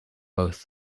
both